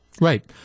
right